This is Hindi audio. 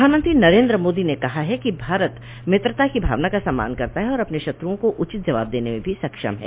प्रधानमंत्री नरेन्द्र मोदी ने कहा है कि भारत मित्रता की भावना का सम्मान करता है और अपने शत्रुओं को उचित जवाब देने में भी सक्षम है